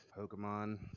Pokemon